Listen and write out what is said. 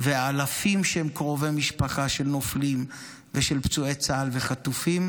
ואלפים שהם קרובי משפחה של נופלים ושל פצועי צה"ל וחטופים,